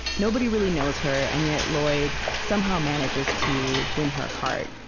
nobody really knows her, and yet, lloyd somehow manages to win her heart.